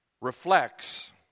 reflects